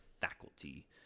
Faculty